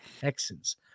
texans